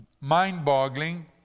mind-boggling